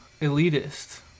elitist